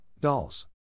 dolls